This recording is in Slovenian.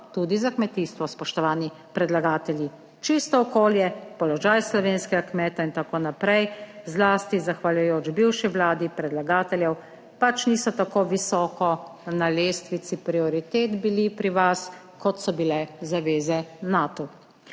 tudi za kmetijstvo, spoštovani predlagatelji. Čisto okolje, položaj slovenskega kmeta in tako naprej, zlasti zahvaljujoč bivši Vladi predlagateljev pač niso tako visoko na lestvici prioritet bili pri vas, kot so bile zaveze Natu.